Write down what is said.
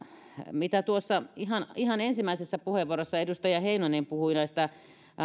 tuossa ihan ihan ensimmäisessä puheenvuorossa edustaja heinonen puhui tästä